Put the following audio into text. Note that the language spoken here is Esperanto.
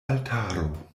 altaro